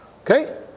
Okay